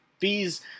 fees